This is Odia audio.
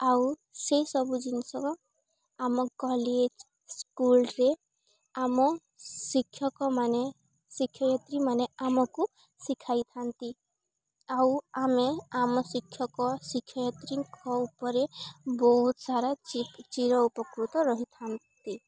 ଆଉ ସେସବୁ ଜିନିଷକ ଆମ କଲେଜ୍ ସ୍କୁଲ୍ରେ ଆମ ଶିକ୍ଷକମାନେ ଶିକ୍ଷୟତ୍ରୀ ମାନେ ଆମକୁ ଶିଖାଇଥାନ୍ତି ଆଉ ଆମେ ଆମ ଶିକ୍ଷକ ଶିକ୍ଷୟତ୍ରୀଙ୍କ ଉପରେ ବହୁତ ସାରା ଚିରଉପକୃତ ରହିଥାନ୍ତି